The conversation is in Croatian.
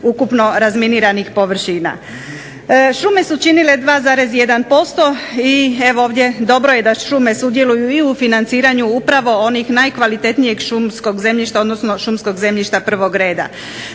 ukupno razminiranih površina. Šume su činile 2,1% i evo ovdje dobro je da šume sudjeluju u financiranju onog najkvalitetnijeg šumskog zemljišta odnosno šumskog zemljišta prvog reda.